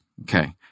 Okay